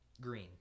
green